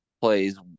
plays